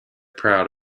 proud